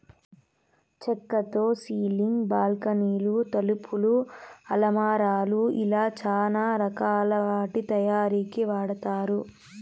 చక్కతో సీలింగ్, బాల్కానీలు, తలుపులు, అలమారాలు ఇలా చానా రకాల వాటి తయారీకి వాడతారు